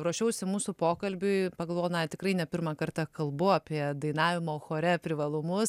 ruošiausi mūsų pokalbiui pagalvojau na tikrai ne pirmą kartą kalbu apie dainavimo chore privalumus